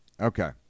Okay